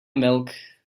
milk